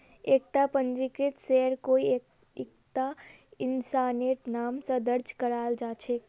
एकता पंजीकृत शेयर कोई एकता इंसानेर नाम स दर्ज कराल जा छेक